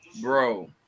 bro